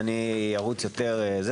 ארוץ יותר.